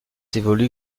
évolue